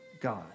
God